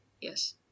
yes